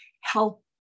help